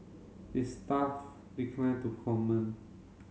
its staff declined to comment